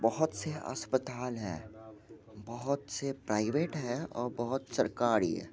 बहुत से अस्पताल है बहुत से प्राइवेट हैं और बहुत सरकारी